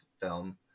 film